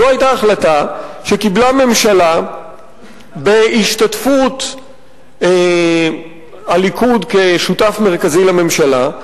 זו היתה החלטה שקיבלה ממשלה בהשתתפות הליכוד כשותף מרכזי לממשלה,